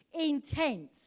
intense